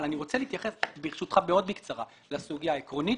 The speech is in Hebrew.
אני רוצה להתייחס ברשותך מאוד בקצרה לסוגיה העקרונית